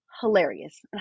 hilarious